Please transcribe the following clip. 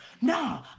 Nah